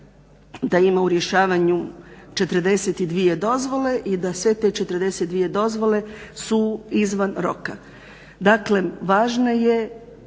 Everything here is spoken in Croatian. je ima u rješavanju 42 dozvole i da sve te 42 dozvole su izvan roka.